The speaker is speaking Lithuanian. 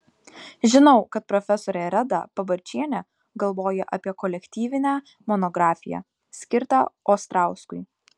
žinau kad profesorė reda pabarčienė galvoja apie kolektyvinę monografiją skirtą ostrauskui